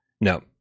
no